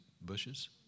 bushes